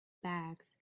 bags